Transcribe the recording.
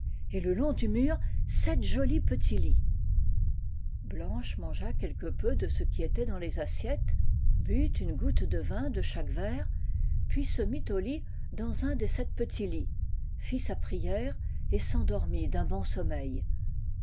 et le long du mur sept jolis petits lits blanche mangea quelque peu de ce qui était dans les assiettes but une goutte de vin de chaque verre puis se mit au lit dans un des sept petits lits ht sa prière et s'endormit d'un bon sommeil